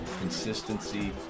Consistency